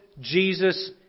Jesus